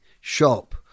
shop